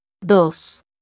Dos